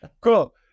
Cool